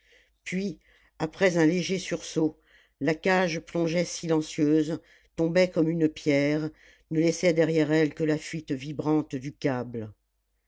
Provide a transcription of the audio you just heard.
puis après un léger sursaut la cage plongeait silencieuse tombait comme une pierre ne laissait derrière elle que la fuite vibrante du câble